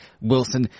Wilson